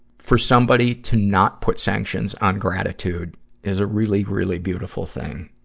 for somebody to not put sanctions on gratitude is a really, really beautiful thing.